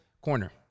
Corner